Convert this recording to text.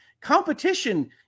Competition